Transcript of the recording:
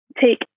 take